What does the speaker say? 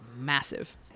massive